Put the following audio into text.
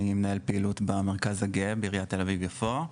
אני מנהל פעילות במרכז הגאה בעיריית תל אביב יפו,